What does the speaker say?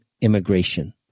immigration